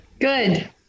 good